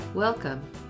Welcome